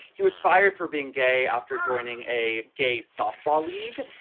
he was fired for being gay after joining a gay softball league.